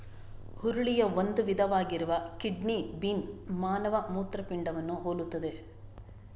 ಹುರುಳಿಯ ಒಂದು ವಿಧವಾಗಿರುವ kidney bean ಮಾನವ ಮೂತ್ರಪಿಂಡವನ್ನು ಹೋಲುತ್ತದೆ